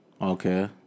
Okay